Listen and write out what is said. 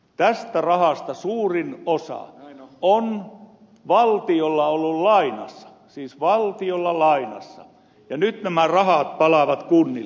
tästä rahasta suurin osa on ollut valtiolla lainassa siis valtiolla lainassa ja nyt nämä rahat palaavat kunnille